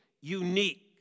unique